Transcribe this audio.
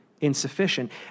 insufficient